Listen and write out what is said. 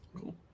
Cool